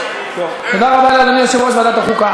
תודה רבה לאדוני יושב-ראש ועדת החוקה.